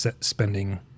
spending